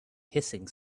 hissing